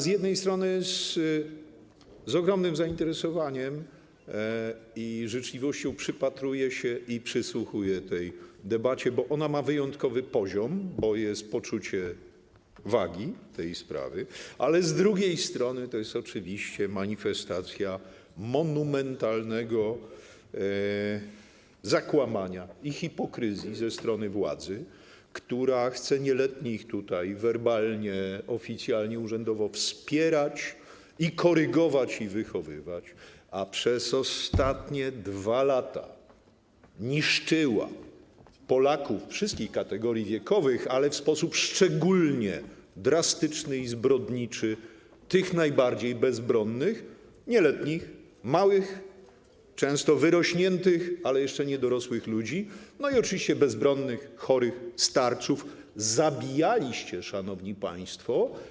Z jednej strony z ogromnym zainteresowaniem i życzliwością przypatruję się i przysłuchuję tej debacie, bo ona ma wyjątkowy poziom, bo jest poczucie wagi tej sprawy, ale z drugiej strony to jest oczywiście manifestacja monumentalnego zakłamania i hipokryzji ze strony władzy, która chce nieletnich tutaj werbalnie, oficjalnie, urzędowo wspierać, korygować i wychowywać, a przez ostatnie 2 lata niszczyła Polaków wszystkich kategorii wiekowych, ale w sposób szczególnie drastyczny i zbrodniczy tych najbardziej bezbronnych - nieletnich, małych, często wyrośniętych, ale jeszcze nie dorosłych ludzi, i oczywiście bezbronnych, chorych starców zabijaliście, szanowni państwo.